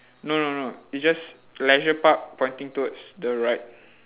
no no no it's just leisure park pointing towards the right